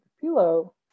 pillow